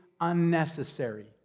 unnecessary